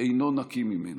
אינו נקי ממנו.